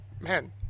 Man